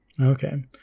Okay